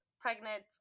pregnant